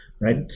right